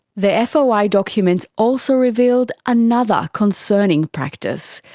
the foi documents also revealed another concerning practice,